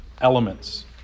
elements